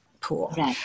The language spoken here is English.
pool